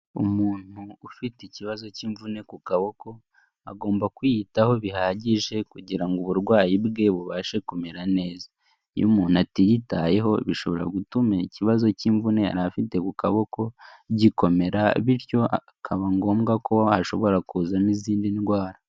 Umuntu ufite ikibazo cy'imvune ku kaboko, agomba kwiyitaho bihagije kugirango uburwayi bwe bubashe kumera neza, iyo umuntu atiyitayeho bishobora gutuma ikibazo cy'imvune yari afite ku kaboko gikomera, bityo hakaba ngombwa ko ashobora kuzamo izindi ndwara.